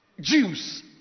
Jews